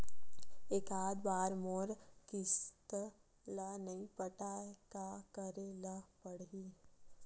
एकात बार मोर किस्त ला नई पटाय का करे ला पड़ही?